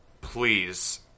please